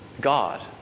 God